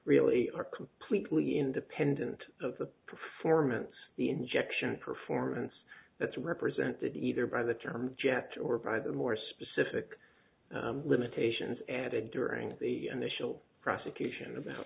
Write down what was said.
really are completely independent of the performance the injection of performance that's represented either by the term jets or by the more specific limitations added during the initial prosecution